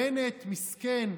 בנט מסכן,